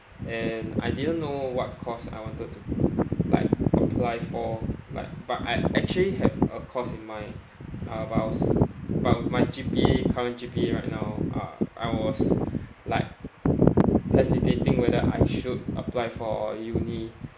and I didn't know what course I wanted to like apply for like but I actually have a course in mind uh but I was but with my G_P_A current G_P_A right now uh I was like hesitating whether I should apply for uni